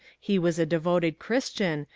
he was a devoted christian,